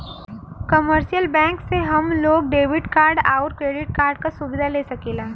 commercial bank से हम लोग डेबिट कार्ड आउर क्रेडिट कार्ड क सुविधा ले सकीला